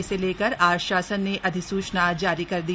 इसे लेकर आज शासन ने अधिसूचना जारी कर दी